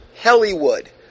Hollywood